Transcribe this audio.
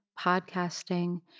podcasting